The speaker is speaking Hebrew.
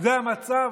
זה המצב?